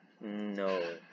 No